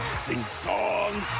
sing songs.